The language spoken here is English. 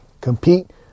Compete